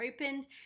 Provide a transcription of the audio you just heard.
opened